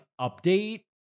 update